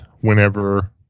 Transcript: whenever